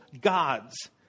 gods